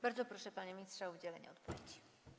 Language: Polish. Bardzo proszę, panie ministrze, o udzielenie odpowiedzi.